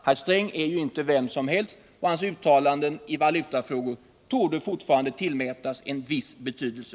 Herr Sträng är ju inte vem som helst, och hans uttalanden i valutafrågor torde fortfarande tillmätas en viss betydelse.